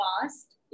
past